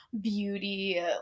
beauty